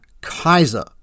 Kaiser